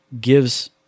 gives